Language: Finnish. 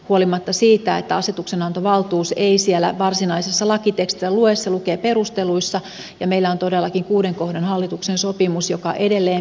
huolimatta siitä että asetuksen antovaltuus ei siellä varsinaisessa lakitekstissä lue se lukee perusteluissa ja meillä on todellakin kuuden kohdan hallituksen sopimus joka edelleen pitää